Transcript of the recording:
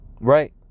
right